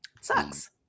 sucks